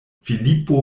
filipo